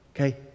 Okay